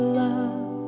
love